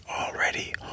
already